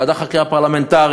ועדת חקירה פרלמנטרית,